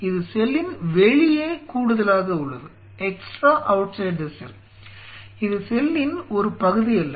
இது செல்லின் வெளியே கூடுதலாக உள்ளது இது செல்லின் ஒரு பகுதி அல்ல